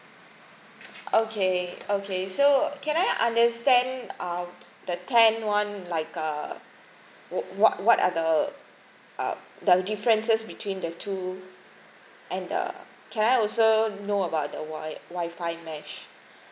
okay okay so can I understand uh the ten one like uh what what are the uh the differences between the two and the can I also know about the wi~ wifi mesh